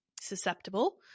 susceptible